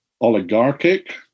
oligarchic